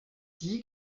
die